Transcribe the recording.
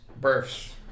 Births